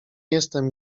jestem